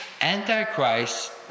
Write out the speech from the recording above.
Antichrist